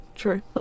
true